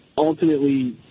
Ultimately